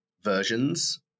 versions